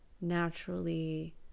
naturally